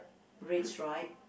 red stripe